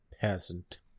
Peasant